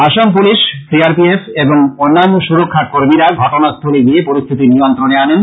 Assam police C R P F এবং অন্যান্য সুরক্ষা কর্মীরা ঘটনাস্থলে গিয়ে পরিস্থিতি নিয়ন্ত্রণে আনেন